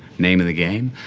name of the game,